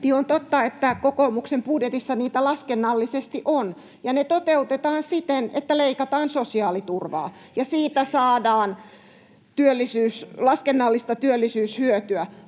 on totta, että kokoomuksen budjetissa niitä laskennallisesti on ja ne toteutetaan siten, että leikataan sosiaaliturvaa ja siitä saadaan laskennallista työllisyyshyötyä.